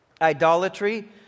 Idolatry